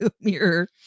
mirror